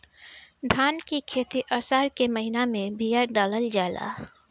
धान की खेती आसार के महीना में बिया डालल जाला?